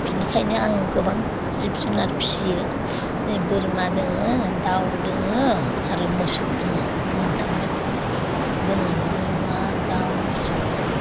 बिनिखायनो आं गोबां जिब जुनार फिसियो बोरमा दोङो दाउ दोङो आरो मोसौ दोङो मोनथामबो दोङो बोरमा दाउ मोसौ